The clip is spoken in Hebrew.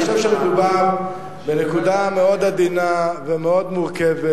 אני חושב שמדובר בנקודה מאוד עדינה ומאוד מורכבת,